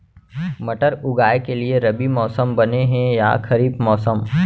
मटर उगाए के लिए रबि मौसम बने हे या खरीफ मौसम?